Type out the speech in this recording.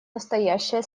настоящая